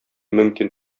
мөмкин